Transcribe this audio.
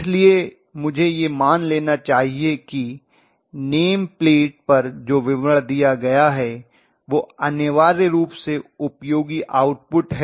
इसलिए मुझे यह मान लेना चाहिए कि नेम प्लेट पर जो विवरण दिया गया है वह अनिवार्य रूप से उपयोगी आउटपुट है